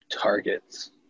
Targets